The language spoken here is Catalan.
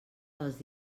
dels